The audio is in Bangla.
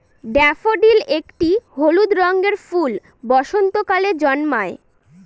ড্যাফোডিল একটি হলুদ রঙের ফুল বসন্তকালে জন্মায়